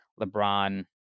LeBron